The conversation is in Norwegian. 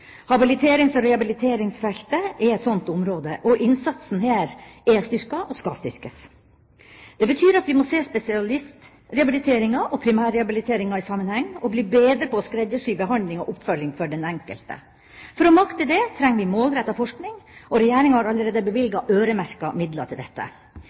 Habiliterings- og rehabiliteringsfeltet er et sånt område, og innsatsen her er styrket og skal styrkes. Det betyr at vi må se spesialistrehabiliteringa og primærrehabiliteringa i sammenheng, og bli bedre på å skreddersy behandling og oppfølging for den enkelte. For å makte det trenger vi målrettet forskning, og Regjeringa har allerede bevilget øremerkede midler til dette.